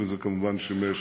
וזה כמובן שימש